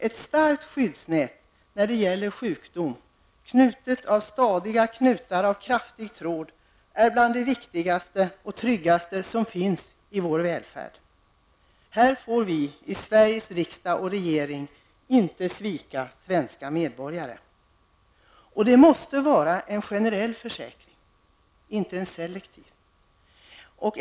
Ett starkt skyddsnät när det gäller sjukdom bestående av stadiga knutar av kraftig tråd är en av de viktigaste och tryggaste sakerna i fråga om vår välfärd. Här får Sveriges riksdag och regering inte svika de svenska medborgarna. Vidare måste det vara en generell försäkring, inte en selektiv.